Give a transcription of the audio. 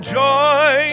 joy